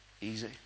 easy